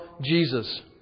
Jesus